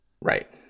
Right